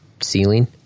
ceiling